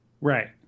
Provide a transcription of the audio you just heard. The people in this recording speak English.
Right